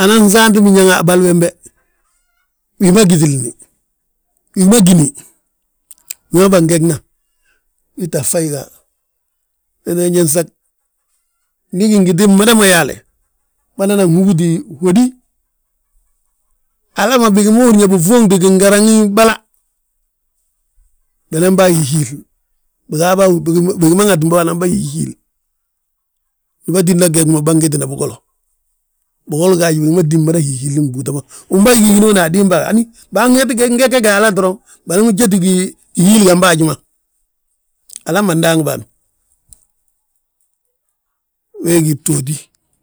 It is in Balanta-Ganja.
Anan saanti biñaŋ a bali wembe, wi magtilini wi ma gíni, wi ma bângena, wii tta fayi ga. Wee tínga ñe nsag, ndi gingiti mmida mo yaale bânan hubuti hódi hala ma bigi ma húrin yaa bifuuŋti, gingaraŋi bala, bi ba wi hihiil; Biga wi, bigi ma ŋatim bo anan ba hihiil, ndi bâtinna gee mo bâgina bigolo, bigoli gaaj bigi ma nti mada hihiili gbúuta ma; Wi baa ggí hinooni a dimba hani, baa gege hala doroŋ banan jeti gihiili gembe haji ma, alam ma ndaangi bâan, wee gí btooti.